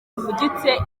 bivugitse